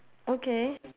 okay